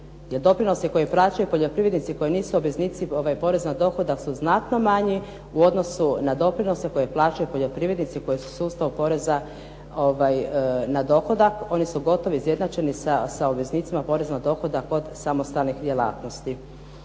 doprinos je koji plaćaju poljoprivrednici koji nisu obveznici ovaj porez na dohodak su znatno manji u odnosu na doprinose koji plaćaju poljoprivrednici koji su u sustavu poreza na dohodak. Oni su gotovo izjednačeni s obveznicima poreza na dohodak od samostalnih djelatnosti.